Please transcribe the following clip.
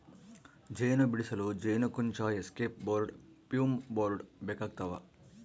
ಜೇನು ಬಿಡಿಸಲು ಜೇನುಕುಂಚ ಎಸ್ಕೇಪ್ ಬೋರ್ಡ್ ಫ್ಯೂಮ್ ಬೋರ್ಡ್ ಬೇಕಾಗ್ತವ